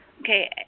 Okay